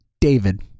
David